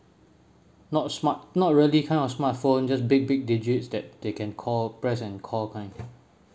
not smart not really kind of smartphone just big big digits that they can call press and call kind